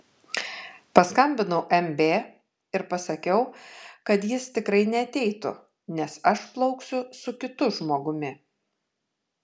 paskambinau mb ir pasakiau kad jis tikrai neateitų nes aš plauksiu su kitu žmogumi